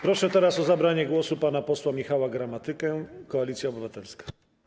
Proszę teraz o zabranie głosu pana posła Michała Gramatykę, Koalicja Obywatelska.